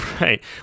Right